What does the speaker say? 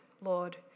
Lord